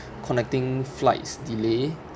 connecting flight delay